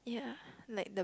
yeah like the